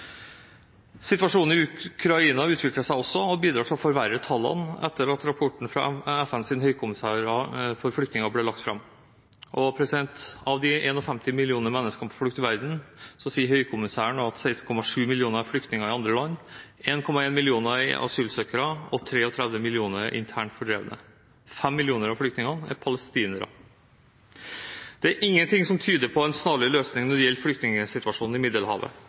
Situasjonen i Ukraina utvikler seg også og bidrar til å forverre tallene etter at rapporten fra FNs høykommissær for flyktninger ble lagt fram. Av de 51 millioner menneskene på flukt i verden sier Høykommissæren for flyktninger at 16,7 millioner er flyktninger i andre land, 1,1 millioner er asylsøkere og 33 millioner er internt fordrevne. 5 millioner av flyktningene er palestinere. Det er ingenting som tyder på en snarlig løsning når det gjelder flyktningsituasjonen i Middelhavet.